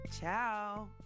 Ciao